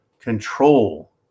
control